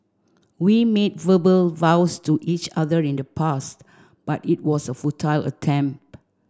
we made verbal vows to each other in the past but it was a futile attempt